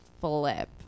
flip